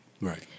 Right